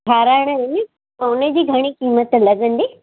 ठहाराइणा आहिनि त उनजी घणी क़ीमत लॻंदी